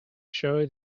show